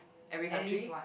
every country